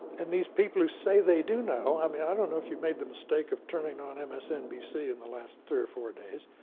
and these people who say they do know, i mean, i don't know if you've made the mistake of turning on msnbc in the last three or four days,